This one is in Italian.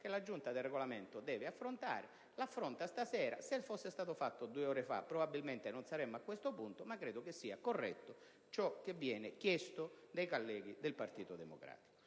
che la Giunta per il Regolamento deve affrontare. L'affronterà stasera; se fosse stato fatto due ore fa probabilmente non saremmo a questo punto, ma credo che sia corretto ciò che viene chiesto dai colleghi del Partito Democratico.